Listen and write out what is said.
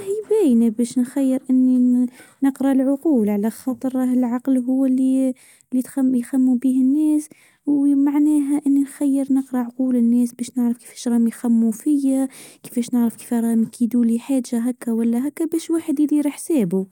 رائ باين بش نخير اني نقرا العقول على خاطر راه العقل هو اللي يخممو بيه الناس ومعناها اني خير نقرا عقول الناس بش راهم يخممو فيا كيفش نعرف بش رام يكيدوا لي حاجه هاكا ولا هاكا بش واحد يدير حسابو.